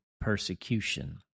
persecution